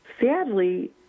sadly